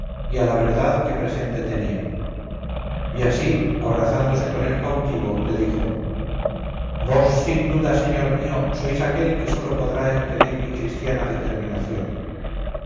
a la verdad que presente tenía y así abrazándose con el cautivo le dijo vos sin duda señor mío sois aquel que sólo podrá impedir mi christiana determinación